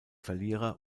verlierer